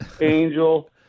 angel